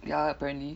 ya apparently